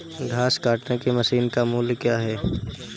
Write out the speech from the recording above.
घास काटने की मशीन का मूल्य क्या है?